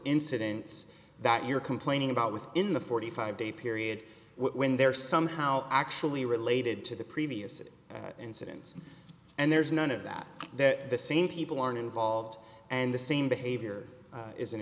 incidents that you're complaining about within the forty five day period when they're somehow actually related to the previous incidents and there's none of that that the same people are involved and the same behavior isn't